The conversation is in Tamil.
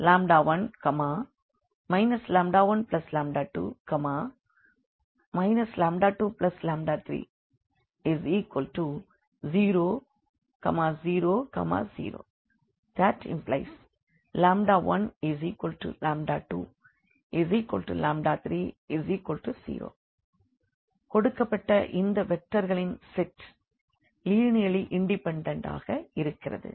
1v12v23v30 1 12 23000 ⟹1230 கொடுக்கப்பட்ட இந்த வெக்டர்களின் செட் லீனியர்லி இண்டிபெண்டன்ட் ஆக இருக்கிறது